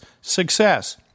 success